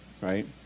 right